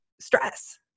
stress